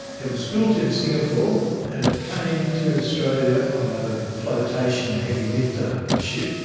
it was built in singapore and it came to australia on a flotation heavy lifter ship.